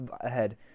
ahead